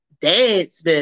Dance